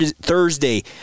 Thursday